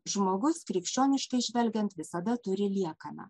žmogus krikščioniškai žvelgiant visada turi liekaną